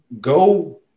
go